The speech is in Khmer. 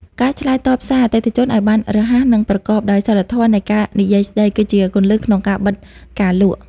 ការឆ្លើយតបសារអតិថិជនឱ្យបានរហ័ស និងប្រកបដោយ សីលធម៌នៃការនិយាយស្ដី គឺជាគន្លឹះក្នុងការបិទការលក់។